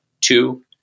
two